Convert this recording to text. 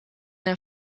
een